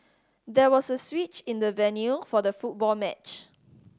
there was a switch in the venue for the football match